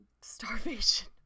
starvation